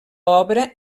obra